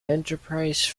enterprise